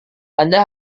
anda